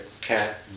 cat